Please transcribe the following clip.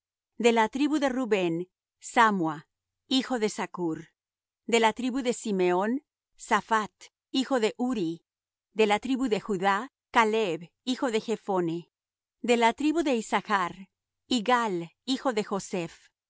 de la tribu de rubén sammua hijo de zaccur de la tribu de simeón saphat hijo de huri de la tribu de judá caleb hijo de jephone de la tribu de issachr igal hijo de joseph